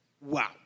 wow